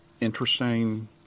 interesting